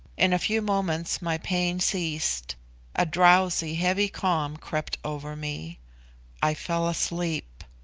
in a few moments my pain ceased a drowsy, heavy calm crept over me i fell asleep.